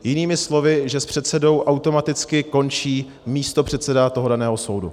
Jinými slovy, že s předsedou automaticky končí místopředseda toho daného soudu.